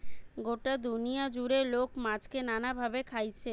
গটা দুনিয়া জুড়ে লোক মাছকে নানা ভাবে খাইছে